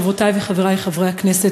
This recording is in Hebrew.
חופש ביטוי וחירות בסיסיים,